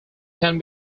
can